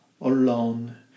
alone